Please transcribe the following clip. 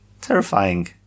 terrifying